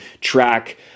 track